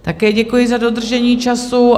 Také děkuji za dodržení času.